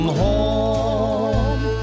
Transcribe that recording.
home